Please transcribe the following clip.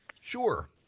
Sure